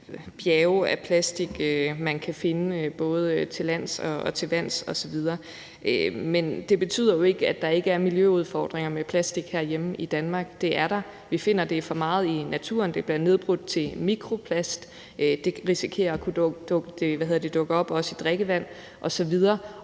bjerge af plastik, man kan finde både til lands og til vands osv. Men det betyder jo ikke, at der ikke er miljøudfordringer med plastik herhjemme i Danmark. Det er der. Vi finder det for meget i naturen. Det bliver nedbrudt til mikroplast; det risikerer også at kunne dukke op i drikkevand osv.,